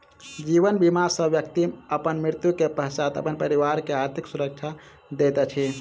जीवन बीमा सॅ व्यक्ति अपन मृत्यु के पश्चात अपन परिवार के आर्थिक सुरक्षा दैत अछि